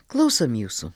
klausom jūsų